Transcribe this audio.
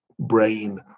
brain